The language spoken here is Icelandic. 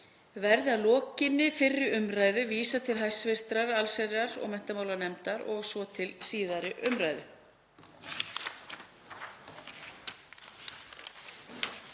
verði að lokinni fyrri umræðu vísað til hæstv. allsherjar- og menntamálanefndar og svo til síðari umræðu.